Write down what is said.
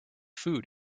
food